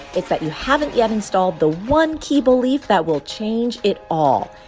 it's that you haven't yet installed the one key belief that will change it all.